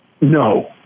No